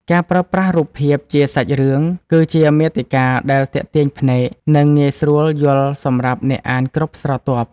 ការប្រើប្រាស់រូបភាពជាសាច់រឿង គឺជាមាតិកាដែលទាក់ទាញភ្នែក និងងាយស្រួលយល់សម្រាប់អ្នកអានគ្រប់ស្រទាប់។